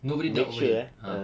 nobody dubbed over him ah